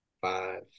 five